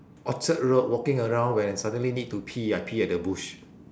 orchard road walking around when I suddenly need to pee I pee at the bush